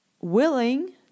willing